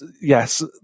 yes